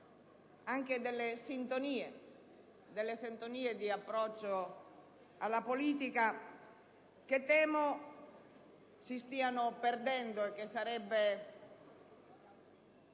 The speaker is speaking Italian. anche delle sintonie di approccio alla politica, che temo si stiano perdendo: sarebbe